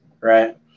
right